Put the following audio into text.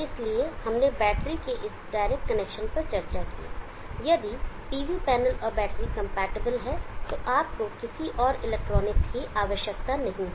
इसलिए हमने बैटरी के इस डायरेक्ट कनेक्शन पर चर्चा की यदि PV पैनल और बैटरी कंपैटिबल हैं तो आपको किसी और इलेक्ट्रॉनिक्स की आवश्यकता नहीं है